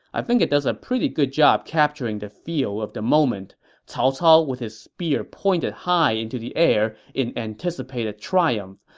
i think it does ah a good job capturing the feel of the moment cao cao with his spear pointed high into the air in anticipated triumph,